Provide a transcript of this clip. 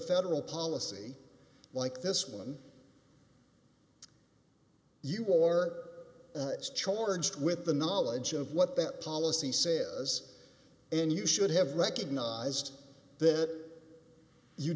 federal policy like this when you will or charged with the knowledge of what that policy says and you should have recognized that you